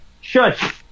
shut